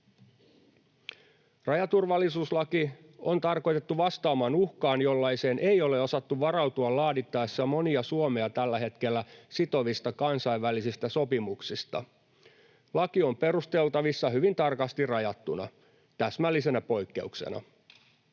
Rajaturvallisuuslaki on tarkoitettu vastaamaan uhkaan, jollaiseen ei ole osattu varautua laadittaessa monia Suomea tällä hetkellä sitovista kansainvälisistä sopimuksista. Laki on perusteltavissa hyvin tarkasti rajattuna täsmällisenä poikkeuksena.